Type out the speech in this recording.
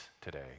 today